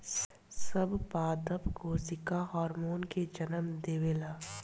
सब पादप कोशिका हार्मोन के जन्म देवेला